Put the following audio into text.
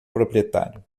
proprietário